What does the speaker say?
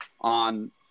on